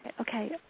Okay